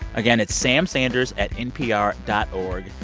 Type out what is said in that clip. again, it's samsanders at npr dot o r g.